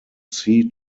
sea